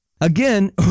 Again